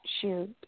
shoot